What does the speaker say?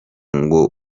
ngo